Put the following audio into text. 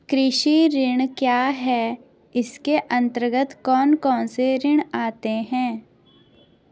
कृषि ऋण क्या है इसके अन्तर्गत कौन कौनसे ऋण आते हैं?